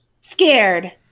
scared